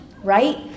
right